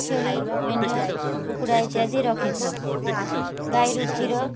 ଛେଳି ମେଣ୍ଢା କୁକୁଡ଼ା ଇତ୍ୟାଦି ରଖିଥାଉ ଗାଈରୁ କ୍ଷୀର